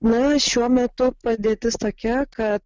na šiuo metu padėtis tokia kad